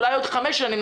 אולי עוד חמש שנים,